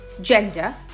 gender